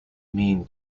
mean